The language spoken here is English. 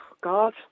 God